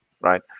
right